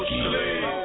sleep